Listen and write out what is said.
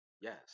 Yes